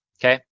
Okay